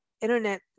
internet